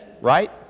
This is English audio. right